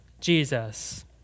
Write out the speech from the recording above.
Jesus